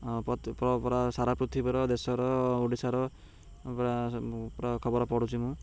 ପ୍ରତି ପୁରା ସାରା ପୃଥିବୀର ଦେଶର ଓଡ଼ିଶାର ପୁରା ପୁରା ଖବର ପଢୁଛି ମୁଁ